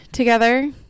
together